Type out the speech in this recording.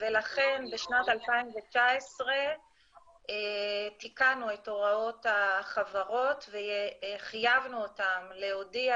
ולכן בשנת 2019 תיקנו את הוראות החברות וחייבנו אותן להודיע